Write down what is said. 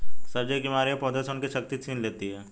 सब्जी की बीमारियां पौधों से उनकी शक्ति छीन लेती हैं